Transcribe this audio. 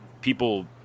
people